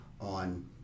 on